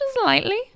slightly